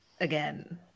again